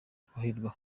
twahirwa